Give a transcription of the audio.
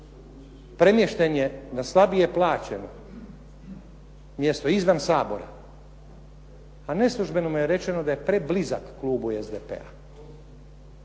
Premješten je na slabije plaćeno mjesto izvan Sabora, a neslužbeno mu je rečeno da je preblizak klubu SDP-a.